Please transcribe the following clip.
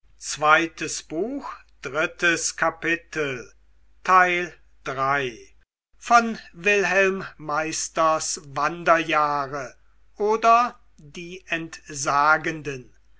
goethe wilhelm meisters wanderjahre oder die entsagenden